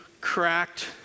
cracked